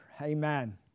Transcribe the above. Amen